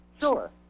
Sure